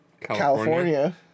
California